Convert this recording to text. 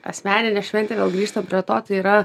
asmeninę šventę vėl grįžtant prie to tai yra